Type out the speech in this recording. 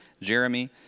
Jeremy